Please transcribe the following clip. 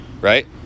Right